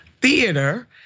theater